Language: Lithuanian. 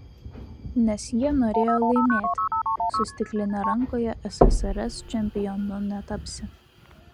nes jie norėjo laimėti su stikline rankoje ssrs čempionu netapsi